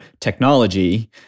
technology